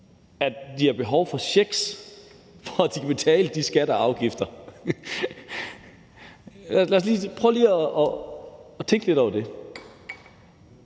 at de har behov for checks, for at de kan betale de skatter og afgifter. Prøv lige at tænke lidt over det: